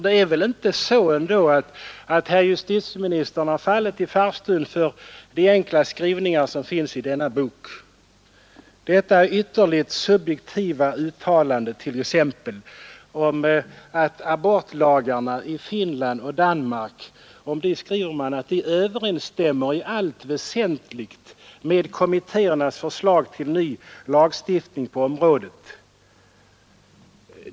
Det är väl inte så att justitieministern har fallit för de enkla skrivningar som finns i abortkommitténs betänkande, t.ex. uttalandet att abortlagarna i Finland och Danmark ”i allt väsentligt överensstämmer med kommitténs förslag” till ny lagstiftning på området?